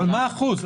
מה האחוז?